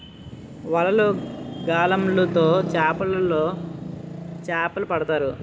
వలలు, గాలములు తో చేపలోలు చేపలు పడతారు